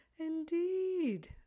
Indeed